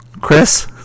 Chris